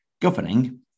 Governing